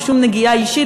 ושום נגיעה אישית,